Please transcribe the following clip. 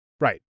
Right